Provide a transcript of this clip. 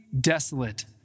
desolate